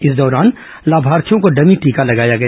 इस दौरान लाभार्थियों को डमी टीका लगाया गया